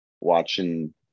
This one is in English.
watching